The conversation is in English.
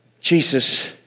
Jesus